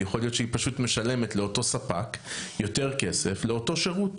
יכול להיות שהיא פשוט משלמת לאותו ספק יותר כסף עבור אותו שירות,